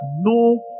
no